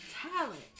talent